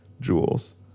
jewels